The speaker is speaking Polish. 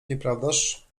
nieprawdaż